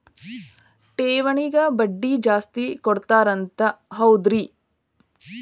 ಠೇವಣಿಗ ಬಡ್ಡಿ ಜಾಸ್ತಿ ಕೊಡ್ತಾರಂತ ಹೌದ್ರಿ?